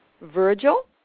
Virgil